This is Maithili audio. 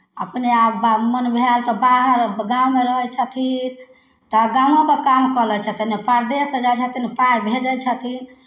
अपने आप मोन भेल तऽ बाहर गाँवमे रहै छथिन तऽ गामोके काम कऽ लै छथिन परदेश जाइ छथिन पाइ भेजै छथिन